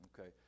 okay